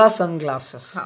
sunglasses